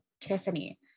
tiffany